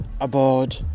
aboard